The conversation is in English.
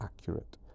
accurate